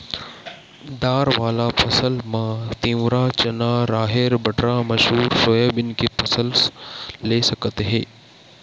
दार वाला फसल म तिंवरा, चना, राहेर, बटरा, मसूर, सोयाबीन के फसल ले सकत हे